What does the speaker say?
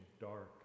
dark